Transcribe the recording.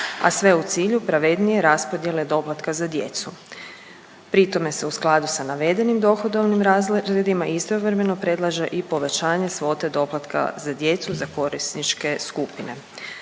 a sve u cilju pravednije raspodjele doplatka za djecu. Pritome se u skladu sa navedenim dohodovnim razredima istovremeno predlaže i povećanje svote doplatka za djecu za korisničke skupine.